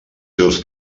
seus